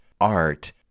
Art